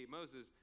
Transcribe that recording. Moses